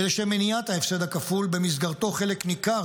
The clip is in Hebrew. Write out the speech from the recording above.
ולשם מניעת ההפסד הכפול שבמסגרתו חלק ניכר